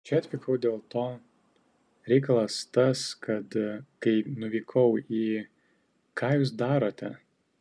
čia atvykau dėl to reikalas tas kad kai nuvykau į ką jūs darote